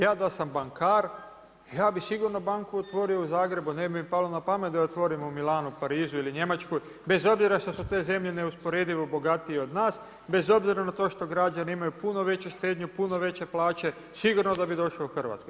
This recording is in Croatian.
Ja da sam bankar ja bi sigurno banku otvorio u Zagrebu, ne bi mi palo na pamet da je otvorimo u Milanu, Parizu ili Njemačkoj bez obzira što su te zemlje neusporedivo bogatije od nas, bez obzora na to što građani imaju puno veću štednju, puno veće plaće, sigurno da bi došao u Hrvatsku.